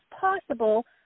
possible